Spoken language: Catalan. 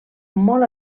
molt